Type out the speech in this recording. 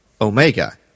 Omega